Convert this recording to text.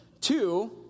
Two